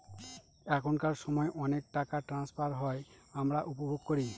এখনকার সময় অনেক টাকা ট্রান্সফার হয় আমরা উপভোগ করি